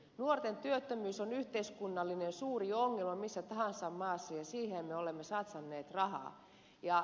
nuorten työttömyys on yhteiskunnallinen suuri ongelma missä tahansa maassa ja siihen me olemme satsanneet rahaa